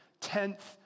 tenth